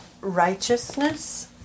righteousness